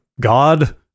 god